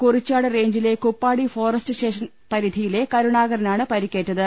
കുറിച്ച്യാട് റേയ്ഞ്ചിലെ Kuppadi forest station പരിധിയിലെ കരുണാകരനാണ് പരിക്കേറ്റത്